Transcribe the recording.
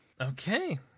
Okay